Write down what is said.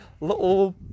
little